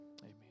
amen